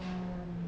orh